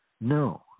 No